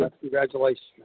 Congratulations